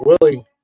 Willie